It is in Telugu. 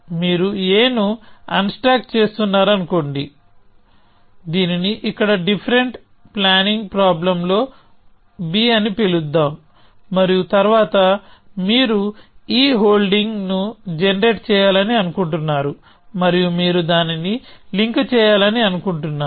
మీరు aను అన్స్టాక్ చేస్తున్నారనుకోండి దీనిని ఇక్కడ డిఫరెంట్ ప్లానింగ్ ప్రాబ్లమ్ లో b అని పిలుద్దాం మరియు తరువాత మీరు ఈ హోల్డింగ్ ను జనరేట్ చేయాలని అనుకుంటున్నారు మరియు మీరు దానిని లింక్ చేయాలని అనుకుంటున్నారు